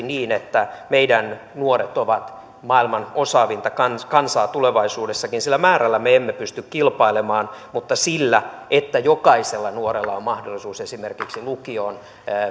niin että meidän nuoremme ovat maailman osaavinta kansaa tulevaisuudessakin sillä määrällä me emme pysty kilpailemaan mutta sillä että jokaisella nuorella on mahdollisuus esimerkiksi lukioon